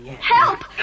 Help